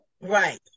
right